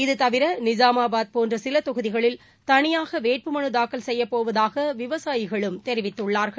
இதுதவிர நிஸாமாபாத் போன்ற சில தொகுதிகளில் தனியாக வேட்பு மனு தாக்கல் செய்யப் போவதாக விவசாயிகளும் தெரிவித்துள்ளார்கள்